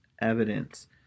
evidence